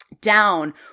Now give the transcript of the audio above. Down